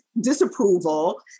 disapproval